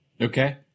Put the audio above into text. Okay